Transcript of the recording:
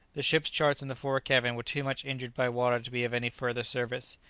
the ship's charts in the fore-cabin were too much injured by water to be of any further service.